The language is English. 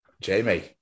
Jamie